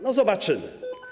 No zobaczymy.